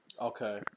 Okay